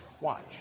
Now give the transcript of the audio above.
Watch